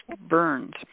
burns